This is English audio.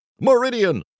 Meridian